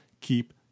keep